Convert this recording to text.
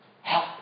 help